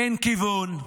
אין כיוון,